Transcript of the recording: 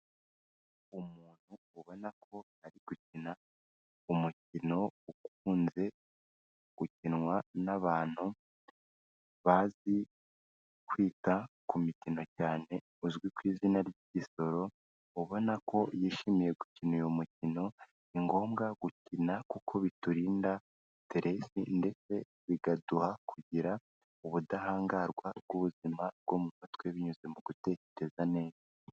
Umuntu ubona ko ari gukina umukino ukunze gukinwa n'abantu bazi kwita ku mikino cyane uzwi ku izina ry'igisoro; ubona ko yishimiye gukina uyu mukino, ni ngombwa gukina kuko biturinda siteresi ndetse bikaduha kugira ubudahangarwa bw'ubuzima bwo mu mutwe, binyuze mu gutekereza neza.